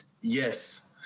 Yes